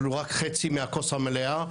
אבל הוא רק חצי מהכוס המלאה.